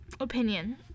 Opinion